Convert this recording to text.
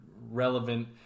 relevant